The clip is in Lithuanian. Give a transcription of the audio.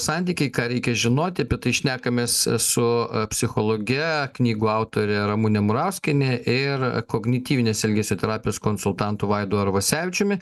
santykiai ką reikia žinoti apie tai šnekamės su psichologe knygų autore ramune murauskiene ir kognityvinės elgesio terapijos konsultantu vaidu arvasevičiumi